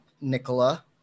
Nicola